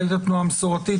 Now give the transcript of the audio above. מנכ"לית התנועה המסורתית,